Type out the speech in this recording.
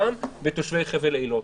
אותם ואת תושבי חבל אילת.